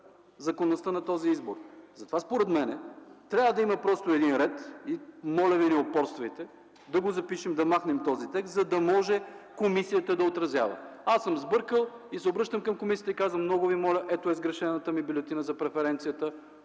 законността на този избор? Според мен трябва да има просто един ред, моля ви, не упорствайте, да го запишем, да махнем този текст, за да може комисията да отразява. Аз съм сбъркал и се обръщам към комисията: много ви моля, ето я сгрешената ми бюлетина за преференцията,